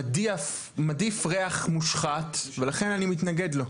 הוא מדיף ריח מושחת ולכן אני מתנגד לו.